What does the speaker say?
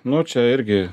nu čia irgi